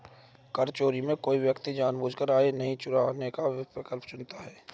कर चोरी में कोई व्यक्ति जानबूझकर आयकर नहीं चुकाने का विकल्प चुनता है